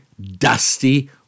dusty